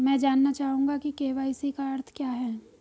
मैं जानना चाहूंगा कि के.वाई.सी का अर्थ क्या है?